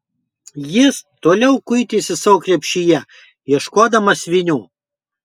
jis toliau kuitėsi savo krepšyje ieškodamas vinių